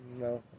No